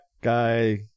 guy